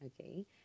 Okay